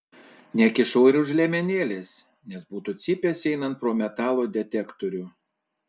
nekišau ir už liemenėlės nes būtų cypęs einant pro metalo detektorių